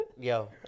yo